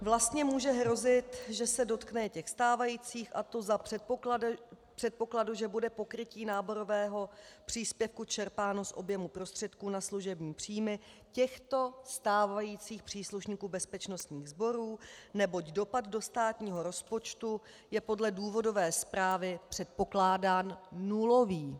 Vlastně může hrozit, že se dotkne i těch stávajících, a to za předpokladu, že bude pokrytí náborového příspěvku čerpáno z objemu prostředků na služební příjmy těchto stávajících příslušníků bezpečnostních sborů, neboť dopad do státního rozpočtu je podle důvodové zprávy předpokládán nulový.